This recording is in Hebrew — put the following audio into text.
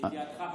לידיעתך.